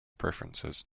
preferences